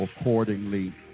accordingly